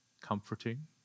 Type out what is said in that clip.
comforting